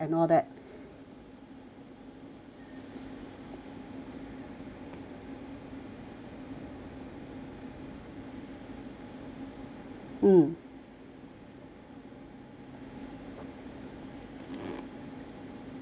mm